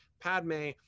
Padme